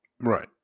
Right